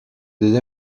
des